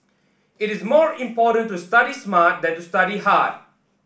it is more important to study smart than to study hard